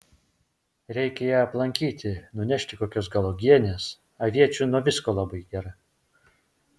reikia ją aplankyti nunešti kokios gal uogienės aviečių nuo visko labai gera